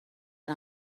حال